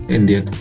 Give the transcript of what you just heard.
Indian